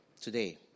today